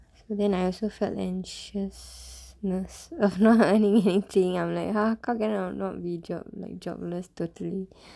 and then I also felt anxious nurse of not earning anything I'm like !huh! how can I not be job like jobless totally